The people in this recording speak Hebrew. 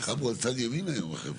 קמו על צד ימין היום, החבר'ה.